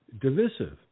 divisive